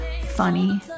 funny